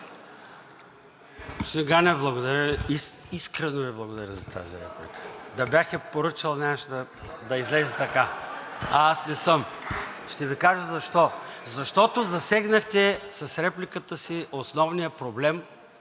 Ганев, благодаря Ви. Искрено Ви благодаря за тази реплика. Да бях я поръчал, нямаше да излезе така, а аз не съм. Ще Ви кажа защо. Защото засегнахте с репликата си основния проблем,